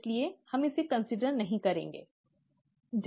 इसलिए हम विचार नहीं करेंगे